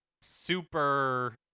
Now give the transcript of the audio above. super